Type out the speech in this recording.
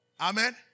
Amen